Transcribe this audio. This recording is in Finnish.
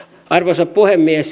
arvoisa puhemies